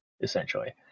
essentially